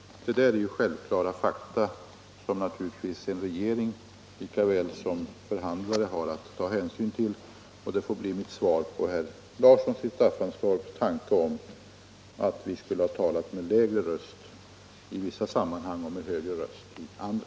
Detta är ju självklara fakta, som naturligtvis en regering såväl som förhandlare har att ta hänsyn till. Det får bli mitt svar med anledning av herr Larssons i Staffanstorp tanke om att vi skulle ha talat med lägre röst i vissa sammanhang och med högre röst i andra.